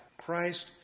Christ